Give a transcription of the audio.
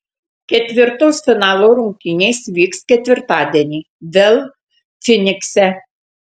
ketvirtos finalo rungtynės vyks ketvirtadienį vėl fynikse